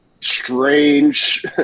strange